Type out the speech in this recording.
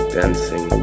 dancing